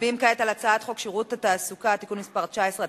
מצביעים כעת על הצעת חוק שירות התעסוקה (תיקון מס' 19),